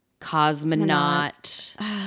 Cosmonaut